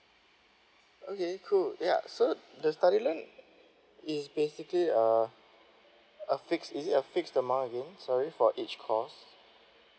okay cool yeah so the study loan is basically a a fixed is it a fixed amount again sorry for each course